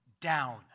down